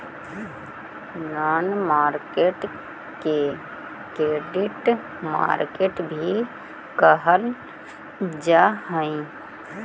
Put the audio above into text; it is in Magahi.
बॉन्ड मार्केट के क्रेडिट मार्केट भी कहल जा हइ